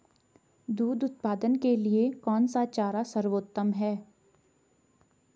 दूध उत्पादन के लिए कौन सा चारा सर्वोत्तम है?